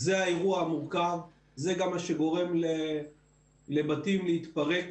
זה האירוע המורכב, זה גם מה שגורם לבתים להתפרק